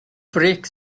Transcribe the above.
break